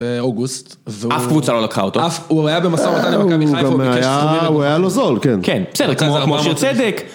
אוגוסט, אף קבוצה לא לקחה אותו, אף, הוא היה במסורת, הוא גם היה, הוא היה לא זול, כן, כן, בסדר כזה אמרנו שצדק